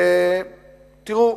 תראו,